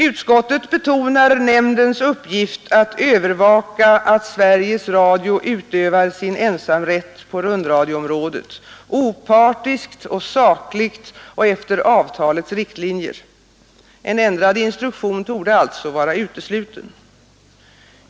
Utskottet betonar nämndens uppgifter att övervaka att Sveriges Radio utövar sin ensamrätt på rundradioområdet opartiskt och sakligt och efter avtalets riktlinjer; en ändrad instruktion torde alltså vara utesluten.